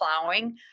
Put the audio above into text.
plowing